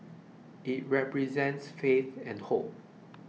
it represents faith and hope